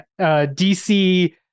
DC